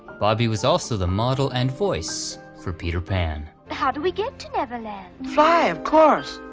bobby was also the model and voice for peter pan. how do we get to neverland? fly, of course!